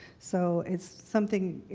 so, it's something you